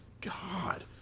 God